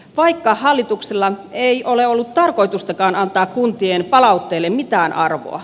vaikka hallituksella ei ole ollut tarkoitustakaan antaa kuntien palautteli mitään arvoa